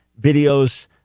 videos